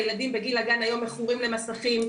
הילדים בגיל הגן היום מכורים למסכים,